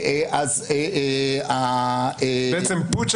--- בעצם פוטש,